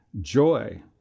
joy